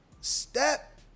Step